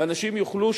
ואנשים יוכלו,